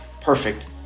perfect